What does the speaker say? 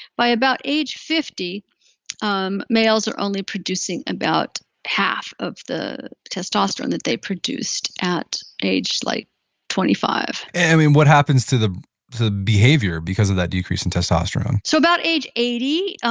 by about age fifty um males are only producing about half of the testosterone that they produced at age like twenty five point and and what happens to the the behavior, because of that decrease in testosterone? so about age eighty,